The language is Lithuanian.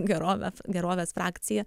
gerove gerovės frakcija